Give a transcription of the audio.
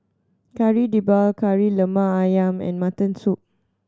Kari Debal Kari Lemak Ayam and mutton soup